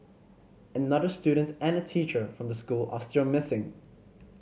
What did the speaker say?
another student and a teacher from the school are still missing